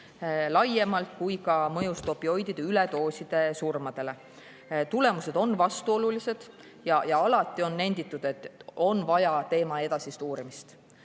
laiemalt kui ka mõjust opioidide üledoosi surmadele. Tulemused on vastuolulised ja alati on nenditud, et on vaja teema edasist uurimist.